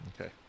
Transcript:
Okay